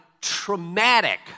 traumatic